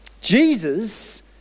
Jesus